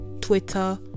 Twitter